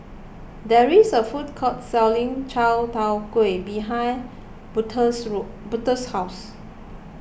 there is a food court selling Chai Tow Kuay behind Butler's Butler's house